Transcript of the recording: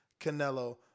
Canelo